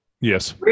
Yes